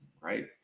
right